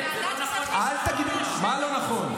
זה לא נכון מה שאמרת, מה לא נכון?